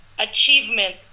achievement